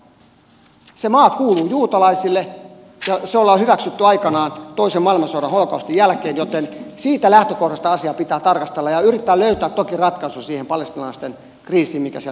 se maa kuuluu juutalaisille ja se ollaan hyväksytty aikanaan toisen maailmansodan holokaustin jälkeen joten siitä lähtökohdasta asiaa pitää tarkastella ja yrittää löytää toki ratkaisu siihen palestiinalaisten kriisiin mikä siellä tällä hetkellä on